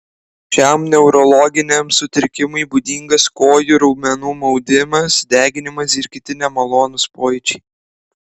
šiam neurologiniam sutrikimui būdingas kojų raumenų maudimas deginimas ir kiti nemalonūs pojūčiai